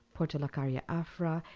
portuacaria afra,